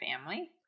family